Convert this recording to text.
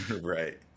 Right